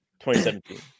2017